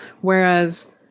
Whereas